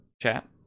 chat